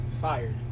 Fired